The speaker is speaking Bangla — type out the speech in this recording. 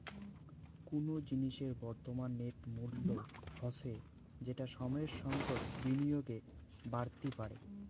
কুনো জিনিসের বর্তমান নেট মূল্য হসে যেটা সময়ের সঙ্গত বিনিয়োগে বাড়তি পারে